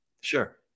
Sure